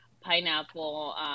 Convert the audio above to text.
pineapple